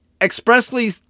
expressly